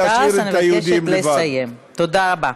תודה,